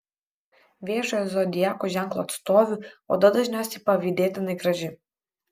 vėžio zodiako ženklo atstovių oda dažniausiai pavydėtinai graži